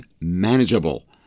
manageable